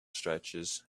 stretches